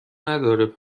ندارد